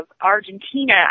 Argentina